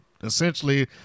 essentially